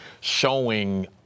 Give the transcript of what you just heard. showing